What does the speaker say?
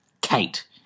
Kate